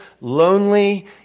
lonely